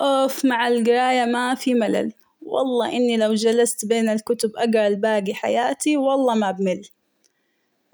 اووف مع القراية ما في ملل والله إني لو جلست بين الكتب أقعد باقي حياتي والله ما بمل،